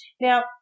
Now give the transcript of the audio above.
Now